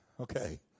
Okay